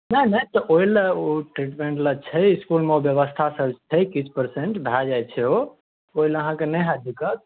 नहि नहि तऽ ओहि लए ओ ट्रीटमेन्ट ले छै इसकुलमे ओ ब्यवस्था सब छै किछु परसेन्ट भए जाइ छै ओ ओहि लए आहाँके नहि होयत दिक्कत